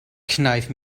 kneif